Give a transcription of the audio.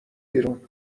بیرون